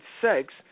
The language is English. sex